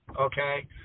okay